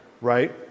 right